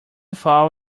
fall